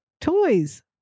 toys